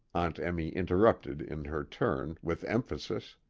aunt emmy interrupted in her turn, with emphasis.